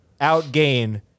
outgain